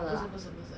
damn